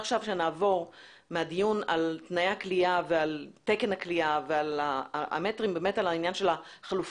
מהדיון על תנאי הכליאה ועל תקן הכליאה לעניין החלופות.